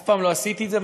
אף פעם לא עשיתי את זה,